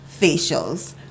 facials